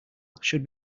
should